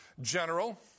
general